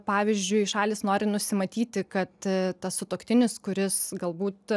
pavyzdžiui šalys nori nusimatyti kad tas sutuoktinis kuris galbūt